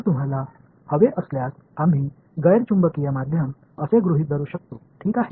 तर तुम्हाला हवे असल्यास आम्ही गैर चुंबकीय माध्यम असे गृहित धरू शकतो ठीक आहे